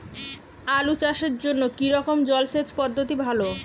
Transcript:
আলু চাষের জন্য কী রকম জলসেচ পদ্ধতি ভালো?